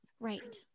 Right